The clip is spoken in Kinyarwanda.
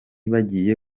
bagiye